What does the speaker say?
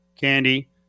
Candy